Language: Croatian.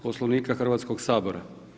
Poslovnika Hrvatskog sabora.